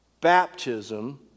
baptism